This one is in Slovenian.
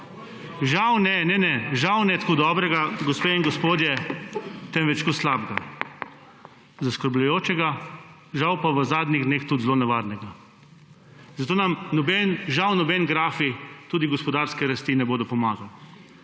Žal, ne … Ne, ne, žal ne tako dobrega, gospe in gospodje, temveč tako slabega, zaskrbljujočega, žal pa v zadnjih dneh tudi zelo nevarnega. Zato nam nobeni grafi tudi gospodarske rasti ne bodo pomagali.